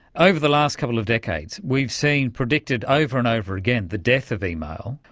over the last couple of decades we've seen predicted over and over again the death of email.